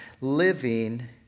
living